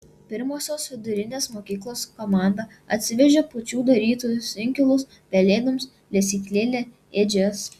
pirmosios vidurinės mokyklos komanda atsivežė pačių darytus inkilus pelėdoms lesyklėlę ėdžias